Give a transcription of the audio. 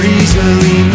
easily